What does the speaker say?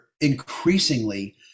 increasingly